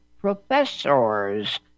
professors